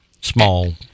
small